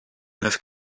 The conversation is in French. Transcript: neuf